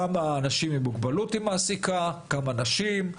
כמה נשים,